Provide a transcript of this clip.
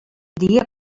dia